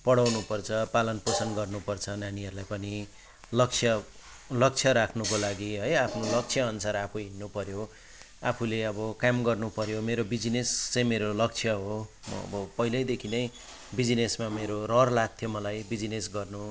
पढाउनुपर्छ पालन पोषण गर्नुपर्छ नानीहरूलाई पनि लक्ष्य लक्ष्य राख्नुको लागि है आफ्नो लक्ष्यअनुसार आफू हिँड्नुपऱ्यो आफूले अब काम गर्नुपऱ्यो मेरो बिजनेस चाहिँ मेरो लक्ष्य हो म अब पहिल्यैदेखि नै बिजनेसमा मेरो रहर लाग्थ्यो मलाई बिजनेस गर्नु